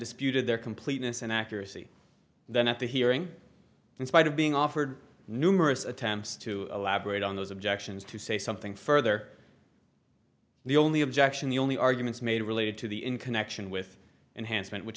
disputed their completeness and accuracy then at the hearing in spite of being offered numerous attempts to elaborate on those objections to say something further the only objection the only arguments made related to the in connection with enhanced ment which